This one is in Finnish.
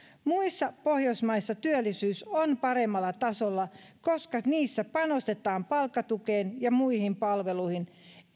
muissa pohjoismaissa työllisyys on paremmalla tasolla koska niissä panostetaan palkkatukeen ja muihin palveluihin